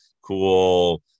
cool